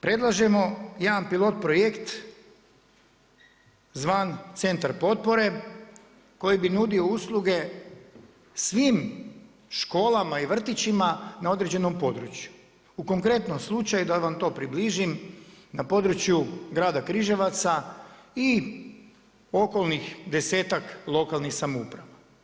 Predlažemo jedan pilot projekt zvan Centar potpore koji bi nudio usluge svim školama i vrtićima na određenom području, u konkretnom slučaju da vam to približim na području grada Križevaca i okolnih desetak lokalnih samouprava.